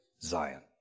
Zion